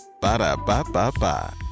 Ba-da-ba-ba-ba